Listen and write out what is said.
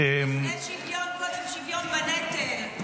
סגן שרה זה לא בסדר.